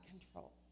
control